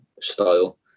style